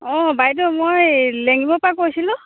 অঁ বাইদেউ মই লেঙিবৰৰ পৰা কৈছিলোঁ